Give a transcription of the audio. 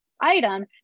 item